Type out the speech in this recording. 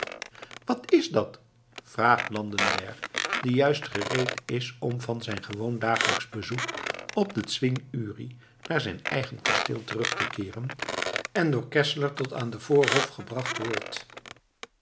wat is dat vraagt landenberg die juist gereed is om van zijn gewoon dagelijksch bezoek op den zwing uri naar zijn eigen kasteel terug te keeren en door geszler tot aan den voorhof gebracht wordt